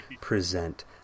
present